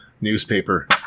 newspaper